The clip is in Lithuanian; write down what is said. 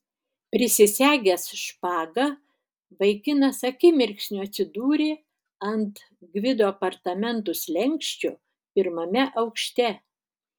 prisisegęs špagą vaikinas akimirksniu atsidūrė ant gvido apartamentų slenksčio pirmame aukšte